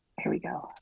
here we go.